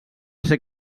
ser